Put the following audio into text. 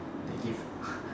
they didn't